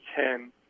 ten